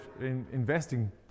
investing